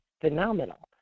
phenomenal